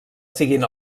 siguin